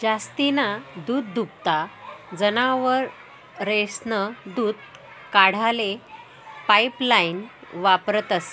जास्तीना दूधदुभता जनावरेस्नं दूध काढाले पाइपलाइन वापरतंस